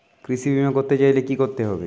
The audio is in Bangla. কৃষি বিমা করতে চাইলে কি করতে হবে?